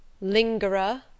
Lingerer